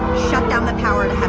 shut down the power